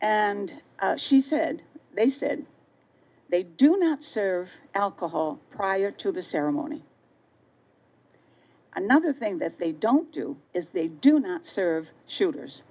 and she said they said they do not serve alcohol prior to the ceremony another thing that they don't do is they do not serve shooters